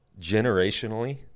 Generationally